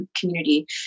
community